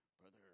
brother